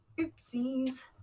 Oopsies